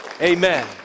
Amen